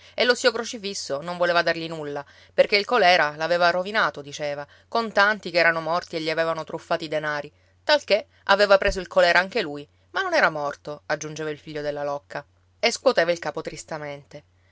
e lo zio crocifisso non voleva dargli nulla perché il colèra l'aveva rovinato diceva con tanti che erano morti e gli avevano truffati i denari talché aveva preso il colèra anche lui ma non era morto aggiungeva il figlio della locca e scuoteva il capo tristamente